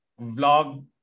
vlog